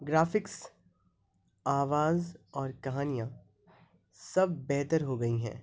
graphics آواز اور کہانیاں سب بہتر ہو گئی ہیں